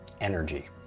energy